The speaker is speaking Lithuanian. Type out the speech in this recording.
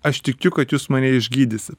aš tikiu kad jūs mane išgydysit